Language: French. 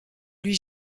lui